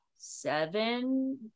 Seven